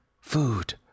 Food